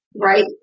right